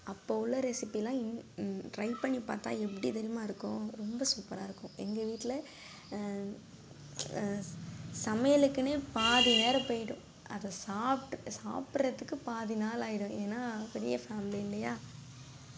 அப்போ உள்ள ரெசிப்பியெல்லாம் இ ட்ரை பண்ணி பார்த்தா எப்படி தெரியுமா இருக்கும் ரொம்ப சூப்பராக இருக்கும் எங்கள் வீட்டில் சமையலுக்குனே பாதி நேரம் போய்விடும் அதை சாப்பிட்டு சாப்பிட்றதுக்கு பாதி நாள் ஆகிடும் ஏன்னால் பெரிய ஃபேமிலி இல்லையா